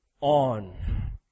on